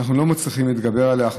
שאנחנו לא מצליחים להתגבר עליה,